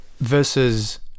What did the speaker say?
versus